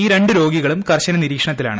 ഈ രണ്ട് രോഗികളും കർശന നിരീക്ഷണത്തിലാണ്